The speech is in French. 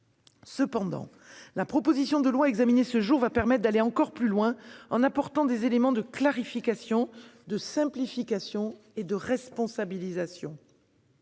constant. La proposition de loi examinée aujourd'hui permettra d'aller encore plus loin, en apportant des éléments de clarification, de simplification et de responsabilisation.